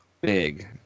big